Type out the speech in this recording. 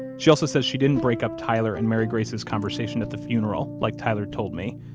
she also says she didn't break up tyler and mary grace's conversation at the funeral like tyler told me,